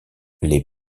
les